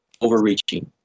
overreaching